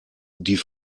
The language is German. die